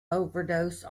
overdose